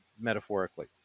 metaphorically